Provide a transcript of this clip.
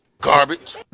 Garbage